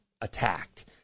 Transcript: attacked